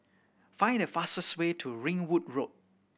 find the fastest way to Ringwood Road